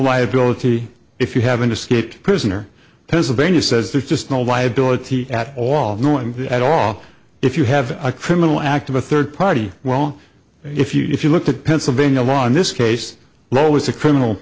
liability if you have an escaped prisoner pennsylvania says there's just no liability at all at all if you have a criminal act of a third party wrong if you if you look at pennsylvania law in this case law was a criminal